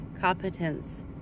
competence